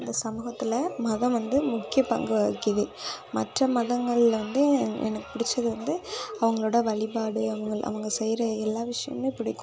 இந்த சமூகத்தில் மதம் வந்து முக்கிய பங்கு வகிக்கிறது மற்ற மதங்களில் வந்து என் எனக்கு பிடிச்சது வந்து அவங்களோட வழிபாடு அவங்க அவங்க செய்கிற எல்லாம் விஷயமும் பிடிக்கும்